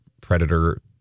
predator